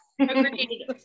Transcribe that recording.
Agreed